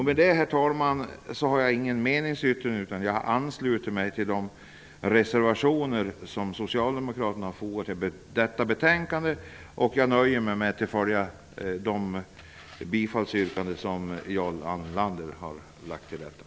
Med detta, herr talman, ansluter jag mig till de reservationer som socialdemokraterna fogat till detta betänkande. Vi har ingen meningsyttring. Jag nöjer mig med att följa Jarl Landers bifallsyrkanden.